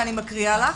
ואני מקריאה לך: